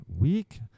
week